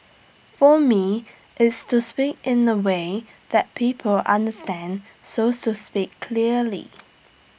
for me it's to speak in A way that people understand so to speak clearly